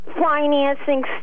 financing